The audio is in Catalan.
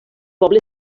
poble